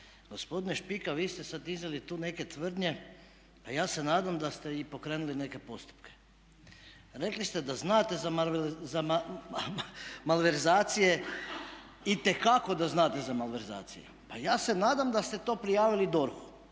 Gospodine Špika, vi ste sad iznijeli tu neke tvrdnje. Pa ja se nadam da ste i pokrenuli neke postupke. Rekli ste da znate za malverzacije, itekako da znate za malverzacije. Pa ja se nadam da ste to prijavili DORH-u,